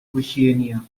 oceania